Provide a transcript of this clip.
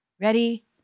Ready